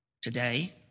Today